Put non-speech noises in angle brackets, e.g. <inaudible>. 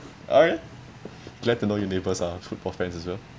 <laughs> glad to know your neighbours are football fans as well